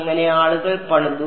അങ്ങനെ ആളുകൾ പണിതു